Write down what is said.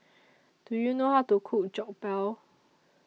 Do YOU know How to Cook Jokbal